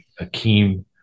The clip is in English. Akeem